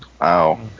wow